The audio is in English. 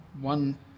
one